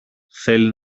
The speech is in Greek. θέλει